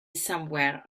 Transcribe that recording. somewhere